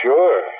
Sure